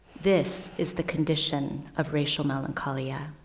this is the condition of racial melancholia.